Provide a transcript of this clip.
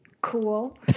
Cool